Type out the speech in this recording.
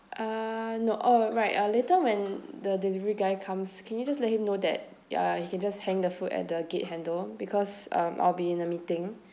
uh no oh right ah later when the delivery guy comes can you just let him know that uh he can just hang the food at the gate handle because um I'll be in a meeting